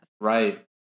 Right